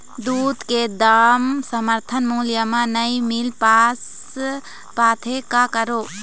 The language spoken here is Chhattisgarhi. दूध के दाम समर्थन मूल्य म नई मील पास पाथे, का करों?